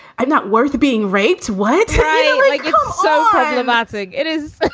i'm not worth being raped. why? it's like so um problematic. it is. but